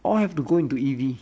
all have to go into E_V